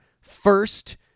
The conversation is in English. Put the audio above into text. first